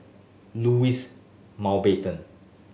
Louis Mountbatten